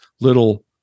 little